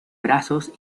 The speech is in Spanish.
brazos